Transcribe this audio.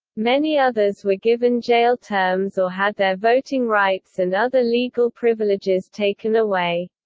many others were given jail terms or had their voting rights and other legal privileges taken away.